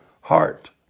heart